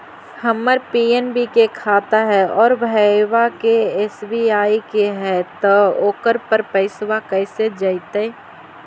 हमर पी.एन.बी के खाता है और भईवा के एस.बी.आई के है त ओकर पर पैसबा कैसे जइतै?